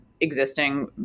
existing